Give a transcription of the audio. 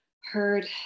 heard